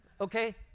Okay